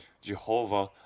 Jehovah